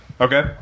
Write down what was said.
Okay